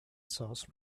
source